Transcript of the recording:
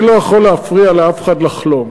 אני לא יכול להפריע לאף אחד לחלום,